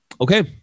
Okay